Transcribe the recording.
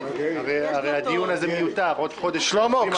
הרי הדיון הזה מיותר, בעוד חודש --- שלמה.